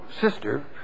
sister